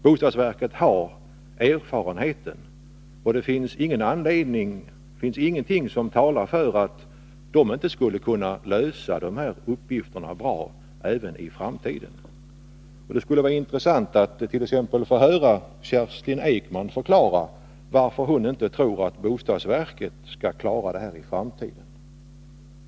Bostadsverket har erfarenheten, och det finns ingenting som talar för att det inte skulle 51 kunna lösa uppgifterna bra även i framtiden. Det skulle vara intressant att få hörat.ex. Kerstin Ekman förklara varför hon inte tror att bostadsverket kan klara detta i framtiden.